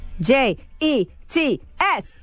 J-E-T-S